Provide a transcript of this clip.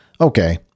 Okay